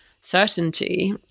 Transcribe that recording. certainty